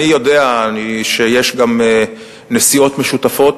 אני יודע שיש גם נסיעות משותפות